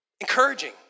encouraging